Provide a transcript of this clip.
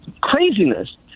craziness